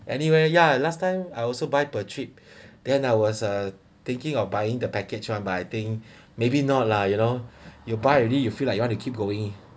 anyway ya last time I also buy per trip then I was uh thinking of buying the package [one] but I think maybe not lah you know you buy already you feel like you want to keep going